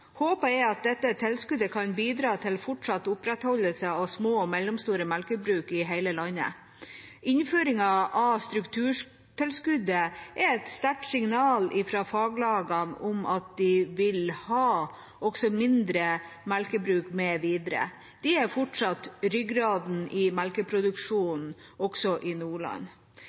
og jeg håper dette tilskuddet kan bidra til fortsatt opprettholdelse av små og mellomstore melkebruk i hele landet. Innføringen av strukturtilskuddet er et sterkt signal fra faglagene om at de vil ha også mindre melkebruk med videre. De er fortsatt ryggraden i melkeproduksjonen også i Nordland.